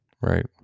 right